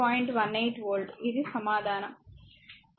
18 volt ఇది సమాధానం